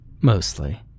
mostly